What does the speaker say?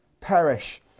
perish